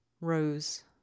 Rose